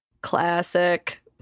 Classic